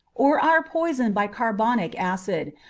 or are poisoned by carbonic acid,